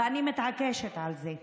ואני מתעקשת על זה,